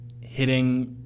hitting